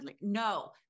No